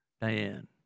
Diane